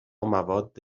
مواد